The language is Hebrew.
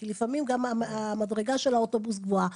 כי לפעמים גם המדרגה של האוטובוס גבוהה.